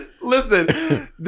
Listen